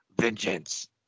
vengeance